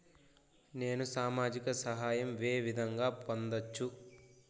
నేను సామాజిక సహాయం వే విధంగా పొందొచ్చు?